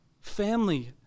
family